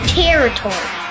territory